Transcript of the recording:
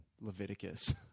Leviticus